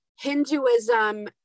Hinduism